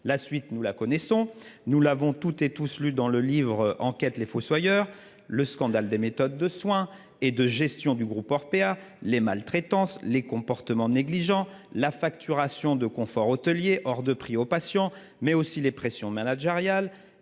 La suite, nous la connaissons. Nous l'avons tous lue dans le livre-enquête : c'est le scandale des méthodes de soins et de gestion du groupe Orpea, les maltraitances, les comportements négligents, la facturation de confort hôtelier hors de prix aux patients, mais aussi les pressions managériales